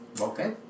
Okay